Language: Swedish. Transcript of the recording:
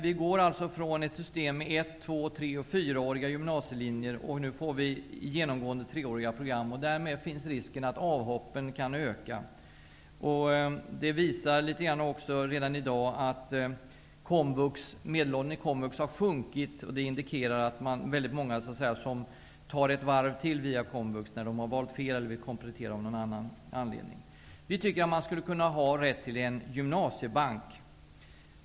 Vi går från ett system med ett-, två-, tre och fyraåriga gymnasielinjer och får genomgående treåriga linjer. Därmed finns risken att avhoppen kan öka. Det visar sig litet grand redan i dag att medelåldern i komvux har sjunkit. Det indikerar att många, när de har valt fel eller om de av någon annan anledning vill göra kompletteringar, så att säga tar ett varv till via komvux. Vi tycker att man skall ha rätt till en gymnasiebank.